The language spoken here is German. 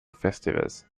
festivals